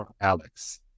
Alex